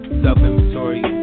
self-inventory